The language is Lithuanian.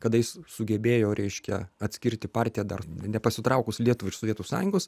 kada jis sugebėjo reiškia atskirti partiją dar nepasitraukus lietuvai iš sovietų sąjungos